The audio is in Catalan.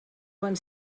quan